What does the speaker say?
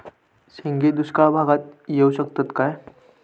शेंगे दुष्काळ भागाक येऊ शकतत काय?